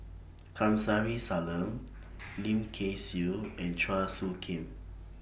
Kamsari Salam Lim Kay Siu and Chua Soo Khim